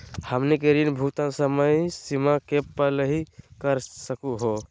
हमनी के ऋण भुगतान समय सीमा के पहलही कर सकू हो?